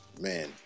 Man